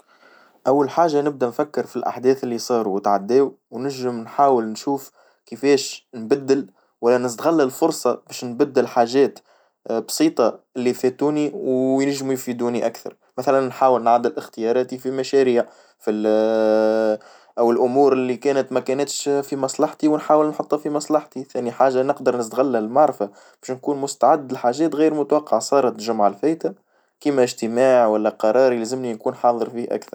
أول حاجة نبدأ نفكر في الأحداث اللي صارو وتعداو ونجم نحاول نشوف كيفاش نبدل والا نستغل الفرصة باش نبدل حاجات بسيطة اللي فاتوني وينجموا يفيدوني أكثر، مثلًا نحاول نعدل اختياراتي في المشاريع في ال أو الأمور اللي كانت ما كانتش في مصلحتي ونحاول نحطها في مصلحتي، ثاني حاجة نقدر نستغل المعرفة باش نكون مستعد لحاجات غير متوقعة صارت الجمعة الفايتة كما اجتماع والا قرار يلزمني يكون حاظر فيه أكثر.